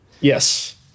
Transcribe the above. yes